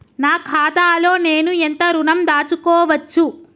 నా ఖాతాలో నేను ఎంత ఋణం దాచుకోవచ్చు?